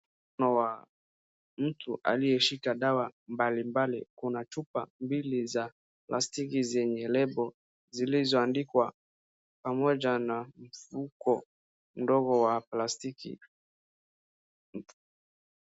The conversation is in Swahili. Mkono wa mtu aliyeshika dawa mbalimbali. Kuna chupa mbili za plastiki zenye lebo zilizoandikwa pamoja na mfuko mdogo wa plastiki.